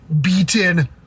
beaten